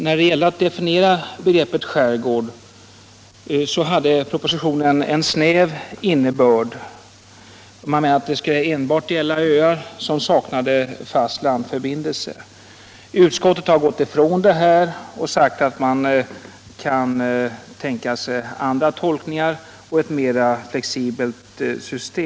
När det gäller att definiera begreppet skärgård har propositionen gett det en snäv innebörd. Man menade att begreppet skärgård enbart skulle gälla öar som saknade fast landförbindelse. Utskottet har gått emot förslaget i propositionen på den punkten och sagt att man kan tänka sig andra tolkningar och ett mera flexibelt system.